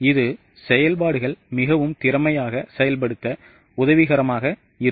இது செயல்பாடுகள் மிகவும் திறமையாக செயல்படுத்த உதவிகரமாக இருக்கும்